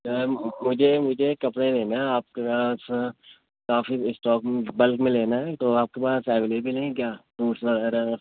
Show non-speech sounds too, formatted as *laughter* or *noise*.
مجھے مجھے کپڑے لینا ہے آپ کے پاس کافی اسٹاک بلک میں لینا ہے تو آپ کے پاس اویلیبل ہیں *unintelligible* وغیرہ